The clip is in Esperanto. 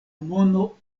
mono